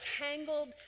tangled